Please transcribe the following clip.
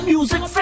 Music